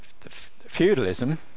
feudalism